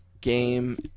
game